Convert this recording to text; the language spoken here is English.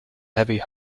heavy